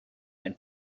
and